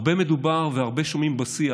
הרבה מדובר והרבה שומעים בשיח